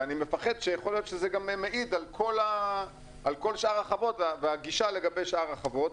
שאני מפחד שזה מעיד על כל שאר החוות והגישה לגבי שאר החוות.